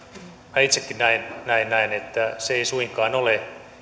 minä itsekin näen näin että se ei suinkaan ole